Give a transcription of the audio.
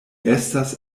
estas